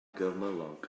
gymylog